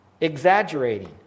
exaggerating